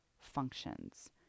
functions